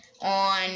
On